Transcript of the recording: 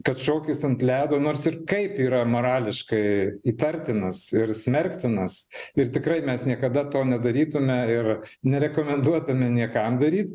kad šokis ant ledo nors ir kaip yra morališkai įtartinas ir smerktinas ir tikrai mes niekada to nedarytume ir nerekomenduotume niekam daryt